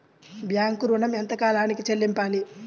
Bank ఋణం ఎంత కాలానికి చెల్లింపాలి?